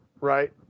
Right